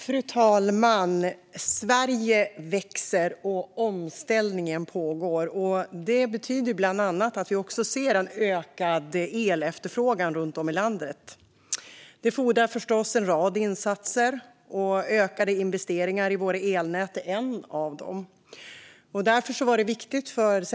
Fru talman! Sverige växer, och omställningen pågår. Det betyder bland annat att vi ser en ökad efterfrågan på el runt om i landet. Det fordrar förstås en rad insatser, och ökade investeringar i våra elnät är en av dem.